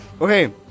Okay